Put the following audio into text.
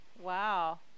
Wow